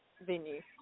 venue